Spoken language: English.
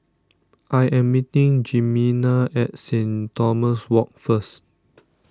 I am meeting Jimena at Saint Thomas Walk first